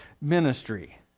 ministry